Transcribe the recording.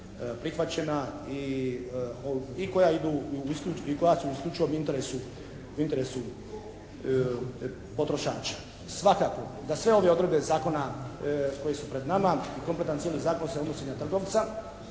i koja su u isključivom interesu, u interesu potrošača. Svakako da sve ove odredbe zakona koje su pred nama i kompletan cijeli zakon se odnosi na trgovca.